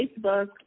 Facebook